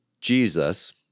Jesus